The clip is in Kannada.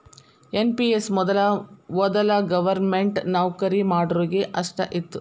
ಎನ್.ಪಿ.ಎಸ್ ಮೊದಲ ವೊದಲ ಗವರ್ನಮೆಂಟ್ ನೌಕರಿ ಮಾಡೋರಿಗೆ ಅಷ್ಟ ಇತ್ತು